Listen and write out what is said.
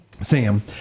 Sam